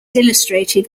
illustrated